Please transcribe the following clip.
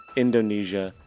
indonesia,